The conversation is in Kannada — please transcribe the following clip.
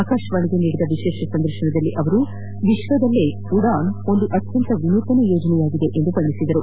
ಆಕಾಶವಾಣಿಗೆ ನೀಡಿದ ವಿಶೇಷ ಸಂದರ್ಶನದಲ್ಲಿ ಅವರು ವಿಶ್ವದಲ್ಲೇ ಉಡಾನ್ ಒಂದು ಅತ್ಯಂತ ವಿನೂತನ ಯೋಜನೆಯಾಗಿದೆ ಎಂದರು